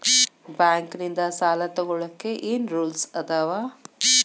Bank ನಿಂದ್ ಸಾಲ ತೊಗೋಳಕ್ಕೆ ಏನ್ ರೂಲ್ಸ್ ಅದಾವ?